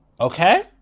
okay